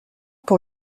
pour